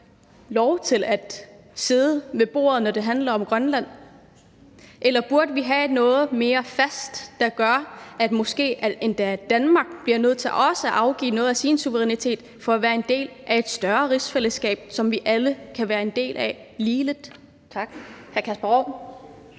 lov til at sidde med ved bordet, når det handler om Grønland, eller om vi burde have noget mere fast, der gør, at måske endda Danmark bliver nødt til også at afgive noget af sin suverænitet for at være en del af et større rigsfællesskab, som vi alle kan være en del af – ligeligt. Kl.